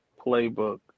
playbook